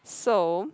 so